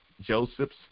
Joseph's